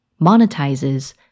monetizes